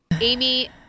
Amy